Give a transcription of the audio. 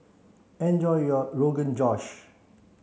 enjoy your Rogan Josh